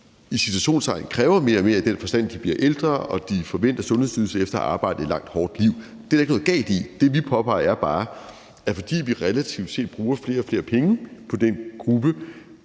i citationstegn – kræver mere og mere i den forstand, at de bliver ældre, og at de forventer sundhedsydelser efter at have arbejdet igennem et langt, hårdt liv. Det er der ikke noget galt i. Det, vi påpeger, er bare, at vi, fordi vi relativt set bruger flere og flere penge på den gruppe,